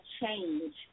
change